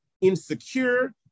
insecure